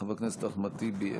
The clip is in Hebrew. חבר הכנסת אחמד טיבי,